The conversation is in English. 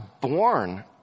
born